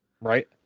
Right